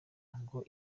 ngo